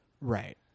Right